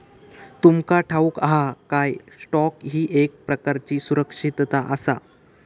तुमका ठाऊक हा काय, स्टॉक ही एक प्रकारची सुरक्षितता आसा?